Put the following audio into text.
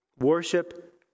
Worship